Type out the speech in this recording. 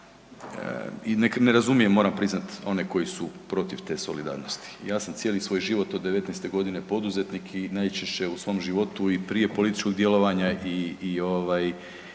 i ne razumijem moram priznati one koji su protiv te solidarnosti. Ja sam cijeli svoj život od 19. godine poduzetnik i najčešće u svom životu i prije političkog djelovanja i